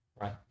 right